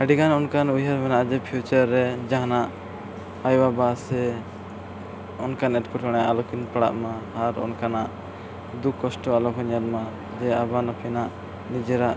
ᱟᱹᱰᱤᱜᱟᱱ ᱚᱱᱠᱟᱱ ᱩᱭᱦᱟᱹᱨ ᱢᱮᱱᱟᱜᱼᱟ ᱡᱮ ᱨᱮ ᱡᱟᱦᱟᱱᱟᱜ ᱟᱭᱳᱼᱵᱟᱵᱟ ᱥᱮ ᱚᱱᱠᱟᱱ ᱮᱴᱠᱮᱴᱚᱬᱮ ᱨᱮ ᱟᱞᱚᱠᱤᱱ ᱯᱟᱲᱟᱜᱼᱢᱟ ᱟᱨ ᱚᱱᱠᱟᱱᱟᱜ ᱫᱩᱠᱷ ᱠᱚᱥᱴᱚ ᱟᱞᱚᱠᱤᱱ ᱧᱟᱢ ᱢᱟ ᱡᱮ ᱟᱵᱟᱨ ᱱᱩᱠᱤᱱᱟᱜ ᱱᱤᱡᱮᱨᱟᱜ